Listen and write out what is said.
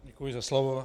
Děkuji za slovo.